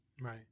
Right